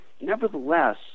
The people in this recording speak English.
nevertheless